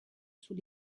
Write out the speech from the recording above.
sous